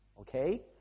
Okay